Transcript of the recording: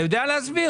אתה יודע להסביר?